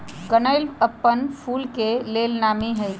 कनइल अप्पन फूल के लेल नामी हइ